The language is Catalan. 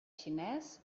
xinès